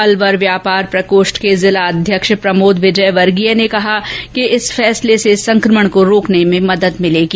अलवर व्यापार प्रकोष्ठ के जिला अध्यक्ष प्रमोद विजयवर्गीय ने कहा कि इस फैसले से संकमण को रोकने में मदद मिलेगी